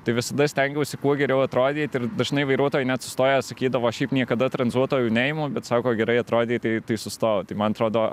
tai visada stengiausi kuo geriau atrodyt ir dažnai vairuotojai net sustoję sakydavo šiaip niekada tranzuotojų neimu bet sako gerai atrodei tai tai sustojau tai man atrodo